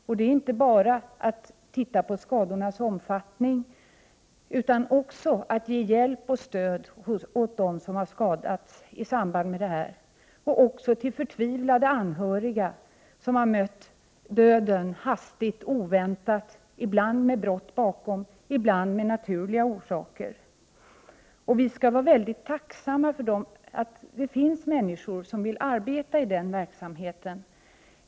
Man tittar inte bara på skadornas omfattning utan ger hjälp och stöd åt dem som skadats och åt förtvivlade anhöriga som har ställts inför döden hastigt och oväntat, ibland med brott bakom, ibland av naturliga orsaker. Vi skall vara väldigt tacksamma för att det finns människor som vill arbeta i denna verksamhet.